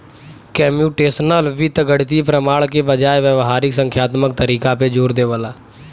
computational वित्त गणितीय प्रमाण के बजाय व्यावहारिक संख्यात्मक तरीका पे जोर देवला